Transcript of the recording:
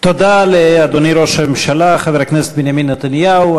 תודה לאדוני ראש הממשלה חבר הכנסת בנימין נתניהו.